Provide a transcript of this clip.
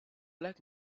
like